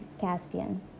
Caspian